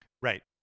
Right